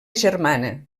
germana